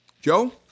Joe